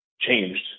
changed